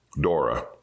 Dora